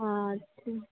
हँ ठीक